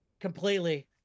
Completely